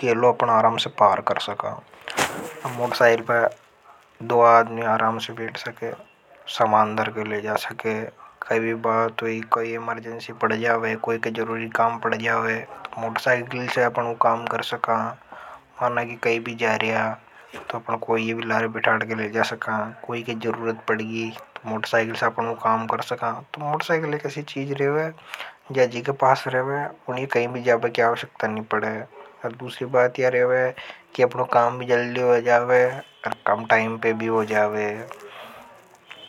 गेलों। अपन आराम से पार कर सका मोटरसाइकिल पहले दो आदमी आराम से बैठ सके सामान दर के लिए जा सके कई बात है कोई। अमर्जेंसी पड़ जाओंगे कोई के जरूरी काम पड़ जाओंगे मोटरसाइकल से अपनों काम कर सका होना कि कई भी जा। रहा है तो अपना कोई भी लारे पर बेठाड़कर ले जा सका कोई के जरूरत पड़ गी मोटरसाइकल से अपनों काम कर सका। तो मोटरसायकिल कैसी चीज रेवे, जा जीके पास रेवे उन्हें कहीं भी जाबे क्या उशक्ता नहीं पड़े, और दूसरी बात या रेवे, कि अपनों काम भी जल्दी हो जाबे, और कम टाइम पे भी हो जावे।